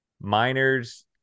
Miners